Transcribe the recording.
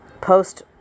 post